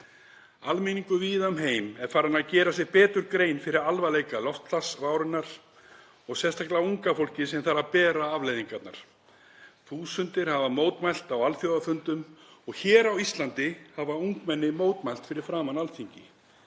Almenningur víða um heim er farinn að gera sér betur grein fyrir alvarleika loftslagsvárinnar og sérstaklega unga fólkið sem þarf að bera afleiðingarnar. Þúsundir hafa mótmælt á alþjóðafundum og hér á Íslandi hafa ungmenni mótmælt fyrir framan Alþingi.